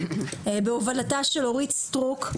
בהובלתה של אורית סטרוק,